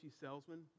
salesman